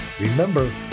Remember